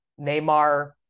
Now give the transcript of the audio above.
Neymar